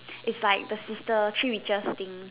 it's like the sister three witches thing